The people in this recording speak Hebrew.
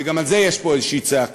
וגם על זה יש פה איזושהי צעקה.